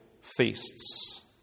feasts